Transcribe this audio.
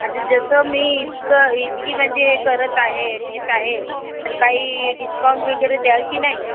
अच्छा जसं मी इतकं इतकी म्हणजे हे करत आहे घेत आहे तर काही डिस्काउंट वगैरे द्याल की नाही